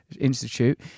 Institute